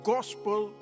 Gospel